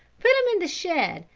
put him in the shed,